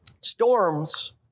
Storms